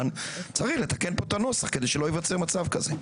צריך לתקן פה את הנוסח כדי שלא ייווצר מצב כזה.